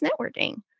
networking